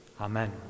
Amen